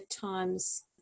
times